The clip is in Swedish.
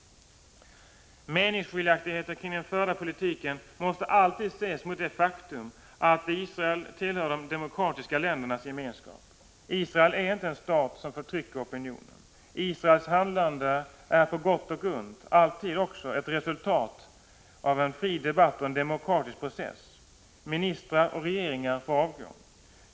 Meningsskiljaktigheter om den förda politiken måste alltid ses med hänsyn till det faktum att Israel tillhör de demokratiska ländernas gemenskap. Israel är inte en stat som förtrycker opinionen. Israels handlande är på gott och ont alltid också ett resultat av en fri debatt och en demokratisk process. Ministrar och regeringar får avgå.